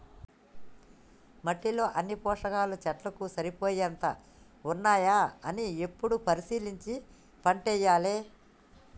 మట్టిలో అన్ని పోషకాలు చెట్లకు సరిపోయేంత ఉన్నాయా అని ఎప్పుడు పరిశీలించి పంటేయాలే